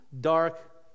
dark